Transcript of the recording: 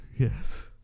Yes